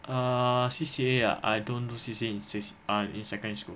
ah C_C_A ah I don't do C_C_A in secondary school